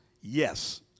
yes